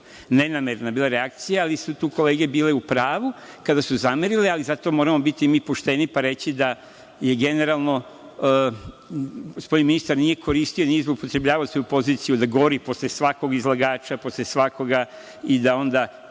nenamerna reakcija, ali su tu kolege bile u pravu kada su zamerile. Ali, zato i mi moramo biti pošteni pa reći da generalno gospodin ministar nije koristio i nije zloupotrebljavao svoju poziciju da govori posle svakog izlagača, posle svakoga i da onda